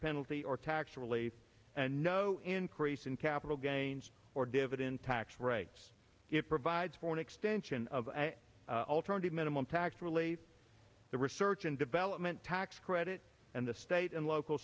penalty or tax relief and no increase in capital gains or dividends tax rates it provides for an extension of alternative minimum tax relief the research and development tax credit and the state and local